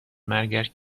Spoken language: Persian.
مرگش